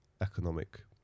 economic